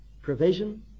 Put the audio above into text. Provision